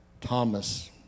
Thomas